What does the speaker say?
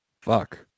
Fuck